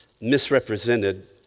misrepresented